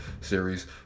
series